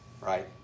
Right